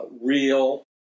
real